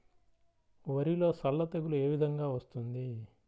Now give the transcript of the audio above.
వరిలో సల్ల తెగులు ఏ విధంగా వస్తుంది?